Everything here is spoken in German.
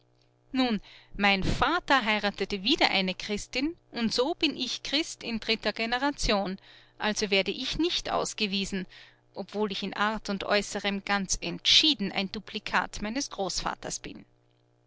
nun mein vater heiratete wieder eine christin und so bin ich christ in dritter generation also werde ich nicht ausgewiesen obwohl ich in art und aeußerem ganz entschieden ein duplikat meines großvaters bin